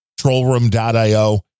Trollroom.io